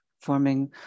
forming